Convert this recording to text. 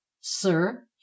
sir